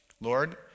lord